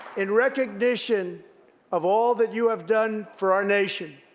in recognition of all that you have done for our nation,